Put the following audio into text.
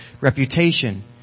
reputation